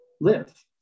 live